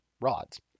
rods